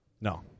No